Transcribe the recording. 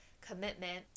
commitment